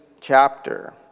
chapter